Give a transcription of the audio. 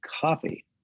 coffee